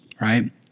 right